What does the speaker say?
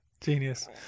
Genius